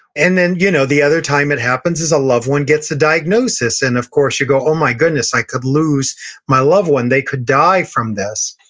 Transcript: and then you know the other time it happens is a loved one gets a diagnosis, and, of course, you go, oh my goodness, i could lose my love one. they could die from this.